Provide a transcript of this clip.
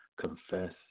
confess